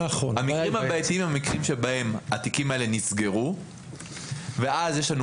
המקרים הבעייתיים הם מקרים שבהם התיקים האלה נסגרו ואז יש לנו